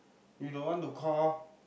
he don't want to call